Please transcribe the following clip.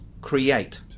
create